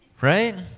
Right